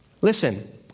listen